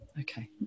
Okay